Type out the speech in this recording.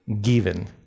given